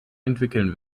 entwickeln